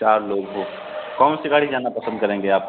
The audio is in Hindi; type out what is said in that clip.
चार लोग हो कौन सी गाड़ी में जाना पसंद करेंगे आप